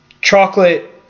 chocolate